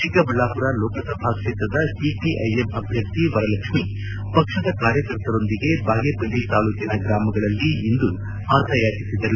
ಚಿಕ್ಕಬಳ್ಳಾಪುರ ಲೋಕಸಭಾ ಕ್ಷೇತ್ರದ CPI M ಅಭ್ಯರ್ಥಿ ವರಲಕ್ಷ್ಮಿ ಪಕ್ಷದ ಕಾರ್ಯಕರ್ತರೊಂದಿಗೆ ಬಾಗೇಪಲ್ಲಿ ತಾಲೂಕಿನ ಗ್ರಾಮಗಳಲ್ಲಿ ಇಂದು ಮತಯಾಚಿಸಿದರು